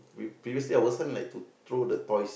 we previously our son like to throw the toys